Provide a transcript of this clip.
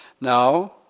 Now